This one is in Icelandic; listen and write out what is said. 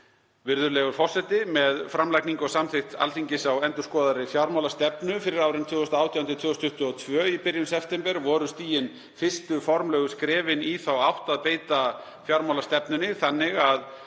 veruleika. Með framlagningu og samþykkt Alþingis á endurskoðaðri fjármálastefnu fyrir árin 2018–2022 í byrjun september voru stigin fyrstu formlegu skrefin í þá átt að beita fjármálastefnunni þannig að